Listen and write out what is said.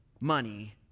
money